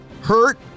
Hurt